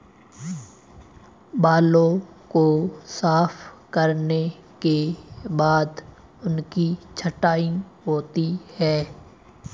बालों को साफ करने के बाद उनकी छँटाई होती है